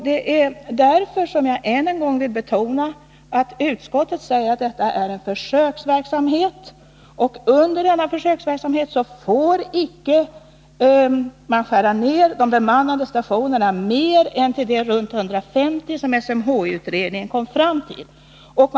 Jag vill än en gång betona att utskottet säger att pilotprojektet är en försöksverksamhet, och under denna får man icke skära ner de bemannade stationerna mer än till de runt 150 som SMHI-utredningen kom Nr 140 fram till.